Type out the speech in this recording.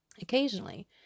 Occasionally